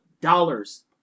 dollars